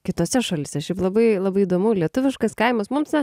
kitose šalyse šiaip labai labai įdomu lietuviškas kaimas mums na